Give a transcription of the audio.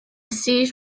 siege